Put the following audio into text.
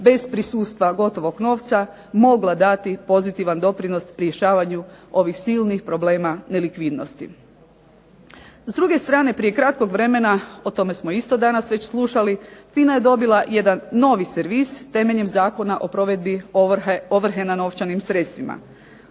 bez prisustva gotovog novca mogla dati pozitivan doprinos rješavanju ovih silnih problema nelikvidnosti. S druge strane prije kratkog vremena, o tome smo isto danas već slušali FINA je dobila jedan novi servis temeljem Zakona o provedbi ovrhe nad novčanim sredstvima.